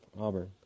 Auburn